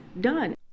done